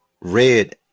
Red